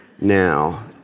now